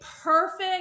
perfect